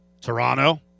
Toronto